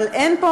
אבל אין פה,